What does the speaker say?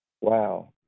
wow